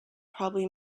probably